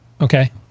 okay